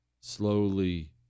slowly